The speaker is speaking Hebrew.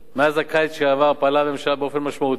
מאז הקיץ שעבר פעלה הממשלה באופן משמעותי